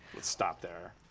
let's stop there.